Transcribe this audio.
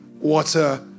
water